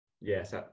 Yes